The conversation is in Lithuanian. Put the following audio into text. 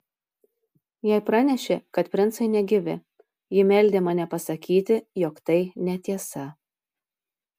jai pranešė kad princai negyvi ji meldė mane pasakyti jog tai netiesa